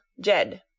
Jed